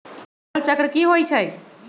फसल चक्र की होइ छई?